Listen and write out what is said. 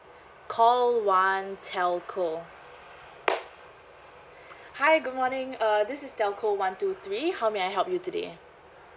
call one telco hi good morning uh this is telco one two three how may I help you today